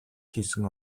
хийсэн